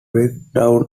breakdown